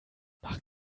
mach